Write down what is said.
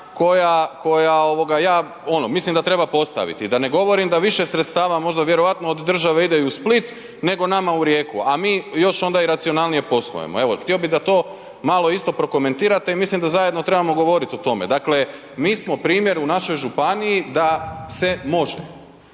pitanja koja ja ono, mislim da treba postaviti, da ne govorim da više sredstava možda vjerojatno od države idu i u Split nego nama u Rijeku, a mi još onda i racionalnije poslujemo. Evo, htio bih da to malo isto prokomentirate i mislim da zajedno trebamo govoriti o tome, dakle, mi smo primjer u našoj županiji da se može.